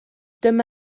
dyma